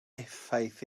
effaith